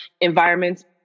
environments